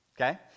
Okay